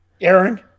Aaron